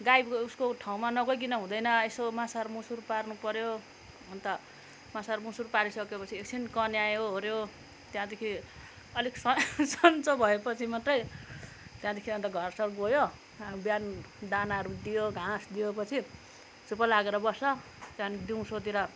गाईको उसको ठाउँमा नगइकन हुँदैन यसो मसार मुसुर पार्नु पऱ्यो अन्त मसार मुसुर पारिसकेपछि एकछिन कन्यायो ओर्यो त्यहाँदेखि अलिक सन्चो भएपछि मात्रै त्यहाँदेखि अन्त घर सर गयो बिहान दानाहरू दियो घाँस दिएपछि चुप लागेर बस्छ त्यहाँदेखि दिउँसोतिर